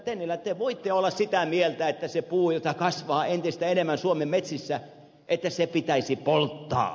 tennilä te voitte olla sitä mieltä että se puu jota kasvaa entistä enemmän suomen metsissä pitäisi polttaa